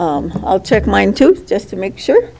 mode i'll check mine too just to make sure